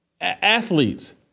Athletes